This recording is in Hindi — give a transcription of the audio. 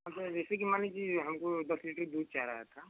हाँ सर जैसे कि मान लीजिए हमको दस लीटर दूध चाह रहा था